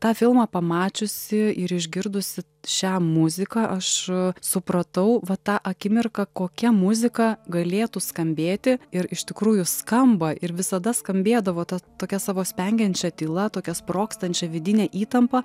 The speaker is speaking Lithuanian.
tą filmą pamačiusi ir išgirdusi šią muziką aš supratau va tą akimirką kokia muzika galėtų skambėti ir iš tikrųjų skamba ir visada skambėdavo ta tokia savo spengiančia tyla tokia sprogstančia vidine įtampa